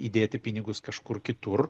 įdėti pinigus kažkur kitur